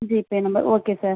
GPay number okay sir